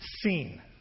seen